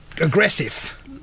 aggressive